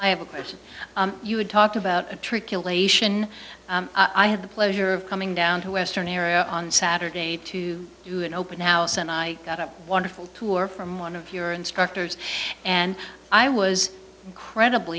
i have a question you would talk about a trick elation i had the pleasure of coming down to western area on saturday to do an open house and i got a wonderful tour from one of your instructors and i was credibl